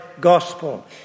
gospel